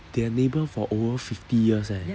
they are neighbour for over fifty years eh